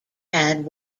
had